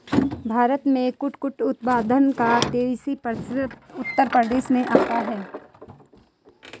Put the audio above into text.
भारत में कुटकुट उत्पादन का तेईस प्रतिशत उत्तर प्रदेश से आता है